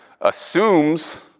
assumes